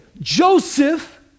Joseph